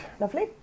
Lovely